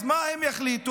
אז מה הם יחליטו?